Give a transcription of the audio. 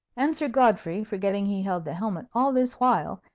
and sir godfrey, forgetting he held the helmet all this while,